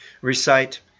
recite